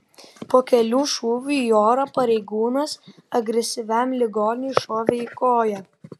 po kelių šūvių į orą pareigūnas agresyviam ligoniui šovė į koją